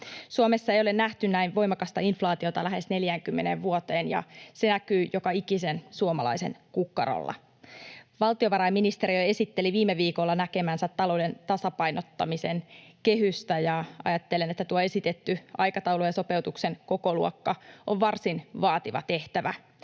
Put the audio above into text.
Suomessa ei ole nähty näin voimakasta inflaatiota lähes 40 vuoteen, ja se näkyy joka ikisen suomalaisen kukkarolla. Valtiovarainministeriö esitteli viime viikolla näkemäänsä talouden tasapainottamisen kehystä, ja ajattelen, että tuo esitetty aikataulu ja sopeutuksen kokoluokka ovat varsin vaativa tehtävä.